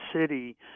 city